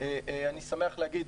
אני שמח להגיד,